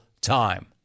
time